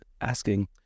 asking